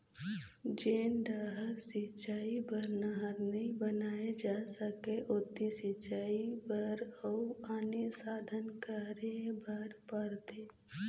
जेन डहर सिंचई बर नहर नइ बनाए जा सकय ओती सिंचई बर अउ आने साधन करे बर परथे